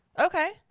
Okay